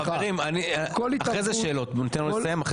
בוא חברים, אחרי זה שאלות בוא ניתן לו לסיים.